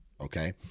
okay